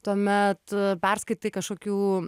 tuomet perskaitai kažkokių